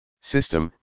System